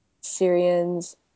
Syrians